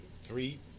Three